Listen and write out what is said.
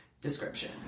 description